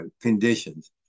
conditions